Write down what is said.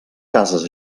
cases